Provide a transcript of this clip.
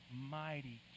mighty